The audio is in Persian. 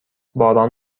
باران